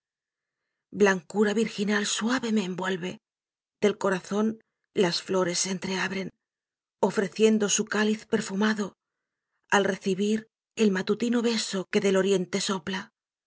blancura virginal suave me envuelve del corazón las flores se entreabren ofreciendo su cáliz perfumado al recibir el matutino beso que del oriente sopla